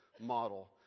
model